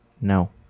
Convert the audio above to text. No